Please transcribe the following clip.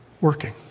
working